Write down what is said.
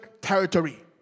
territory